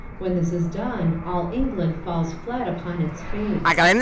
when this is done all england falls flat upon its face.